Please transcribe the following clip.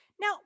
Now